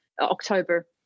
October